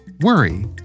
worry